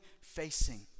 facing